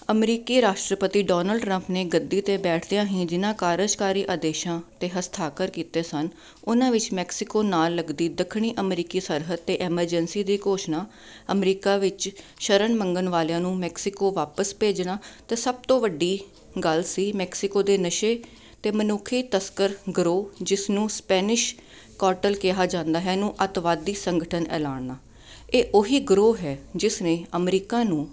ਅਮਰੀਕੀ ਰਾਸ਼ਟਰਪਤੀ Donald Trump ਨੇ ਗੱਦੀ 'ਤੇ ਬੈਠਦਿਆਂ ਹੀ ਜਿਨ੍ਹਾਂ ਕਾਰਜਕਾਰੀ ਆਦੇਸ਼ਾਂ 'ਤੇ ਹਸਤਾਖਰ ਕੀਤੇ ਸਨ ਉਹਨਾਂ ਵਿੱਚ ਮੈਕਸੀਕੋ ਨਾਲ ਲੱਗਦੀ ਦੱਖਣੀ ਅਮਰੀਕੀ ਸਰਹੱਦ 'ਤੇ ਐਮਰਜੈਂਸੀ ਦੇ ਘੋਸ਼ਣਾ ਅਮਰੀਕਾ ਵਿੱਚ ਸ਼ਰਨ ਮੰਗਣ ਵਾਲਿਆਂ ਨੂੰ ਮੈਕਸੀਕੋ ਵਾਪਿਸ ਭੇਜਣਾ ਅਤੇ ਸਭ ਤੋਂ ਵੱਡੀ ਗੱਲ ਸੀ ਮੈਕਸੀਕੋ ਦੇ ਨਸ਼ੇ ਅਤੇ ਮਨੁੱਖੀ ਤਸਕਰ ਗਰੋਹ ਜਿਸ ਨੂੰ ਸਪੈਨਿਸ਼ ਕੋਟਲ ਕਿਹਾ ਜਾਂਦਾ ਹੈ ਇਹਨੂੰ ਅੱਤਵਾਦੀ ਸੰਗਠਨ ਐਲਾਨਣਾ ਇਹ ਉਹ ਹੀ ਗਰੋਹ ਹੈ ਜਿਸ ਨੇ ਅਮਰੀਕਾ ਨੂੰ